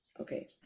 okay